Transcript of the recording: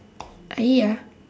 I eat ah